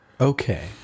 Okay